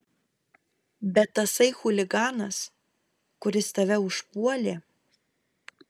bet tasai chuliganas kuris tave užpuolė